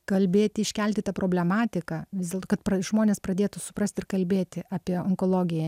kalbėti iškelti tą problematiką vis dėlto kad žmonės pradėtų suprasti ir kalbėti apie onkologiją